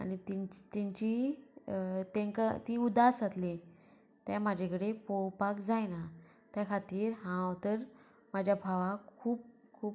आनी तेंची ती उदास जातली ते म्हाजे कडेन पोवपाक जायना त्या खातीर हांव तर म्हाज्या भावाक खूब खूब